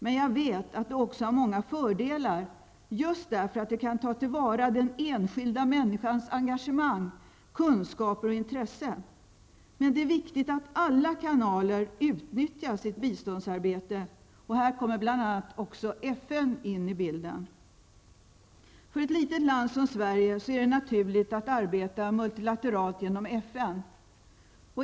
Men jag vet att det också har många fördelar just därför att det kan ta till vara den enskilda människans engagemang, kunskaper och intresse. Det är viktigt att alla kanaler utnyttjas i biståndsarbetet. Här kommer bl.a. också FN in i bilden. För ett litet land som Sverige är det naturligt att arbeta multilateralt genom FN.